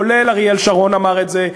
כולל אריאל שרון אמר את זה,